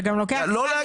לא להגזים.